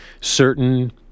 certain